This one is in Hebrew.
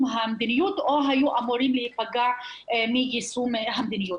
המדיניות או היו אמורים להיפגע מיישום המדיניות.